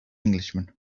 englishman